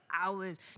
hours